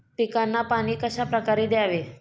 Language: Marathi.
पिकांना पाणी कशाप्रकारे द्यावे?